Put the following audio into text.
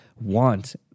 want